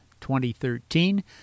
2013